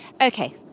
Okay